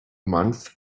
months